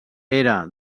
era